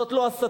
זאת לא הסתה,